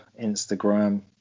instagram